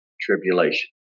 tribulation